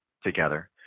together